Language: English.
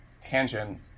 tangent